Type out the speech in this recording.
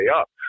up